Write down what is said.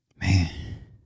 Man